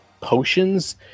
potions